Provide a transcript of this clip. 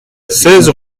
seize